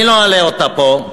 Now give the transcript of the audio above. אני לא אעלה אותה פה,